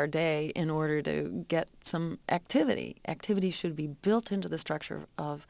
our day in order to get some activity activity should be built into the structure of